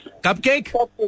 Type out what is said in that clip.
Cupcake